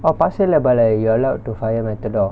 oh pasir laba lah you are allowed to fire matador